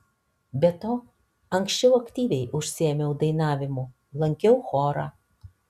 be to anksčiau aktyviai užsiėmiau dainavimu lankiau chorą